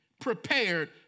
prepared